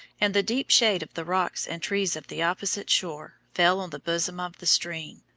and the deep shade of the rocks and trees of the opposite shore fell on the bosom of the stream,